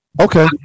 Okay